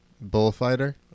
bullfighter